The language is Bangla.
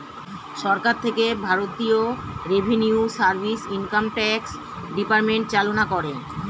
সরকার থেকে ভারতীয় revenue service, income tax department চালনা করে